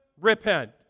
repent